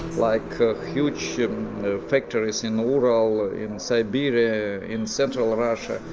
like huge factories in the urals, in siberia, in central russia,